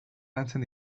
lantzen